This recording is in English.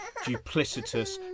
duplicitous